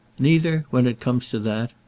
neither, when it comes to that!